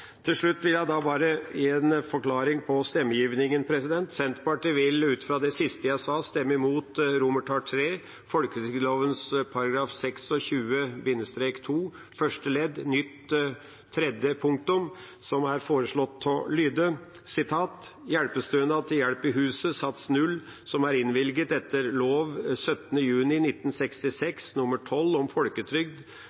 Til slutt vil jeg bare gi en forklaring på stemmegivningen. Senterpartiet vil ut fra det siste jeg sa, stemme mot innstillingens III, punktet om folketrygdloven § 26-2, første ledd nytt tredje punktum, som er foreslått å lyde: «Hjelpestønad til hjelp i huset som er innvilget etter lov 17. juni